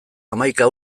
hamaika